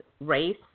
race